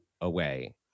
away